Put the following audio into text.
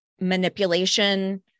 manipulation